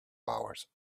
hours